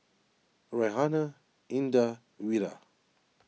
Raihana Indah and Wira